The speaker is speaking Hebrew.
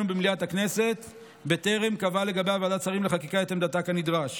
במליאת הכנסת בטרם קבעה לגביה ועדת שרים לחקיקה את עמדתה כנדרש.